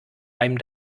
reim